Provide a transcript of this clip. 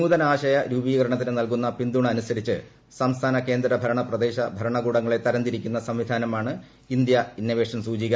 നൂതനാശയ രൂപീകരണത്തിന് നൽകുന്ന പിന്തുണ അനുസരിച്ച് സംസ്ഥാന കേന്ദ്ര ഭരണ പ്രദേശ ഭരണകൂടങ്ങളെ തരംതിരിക്കുന്ന സംവിധാനമാണ് ഇന്ത്യ ഇന്നവേഷൻ സൂചിക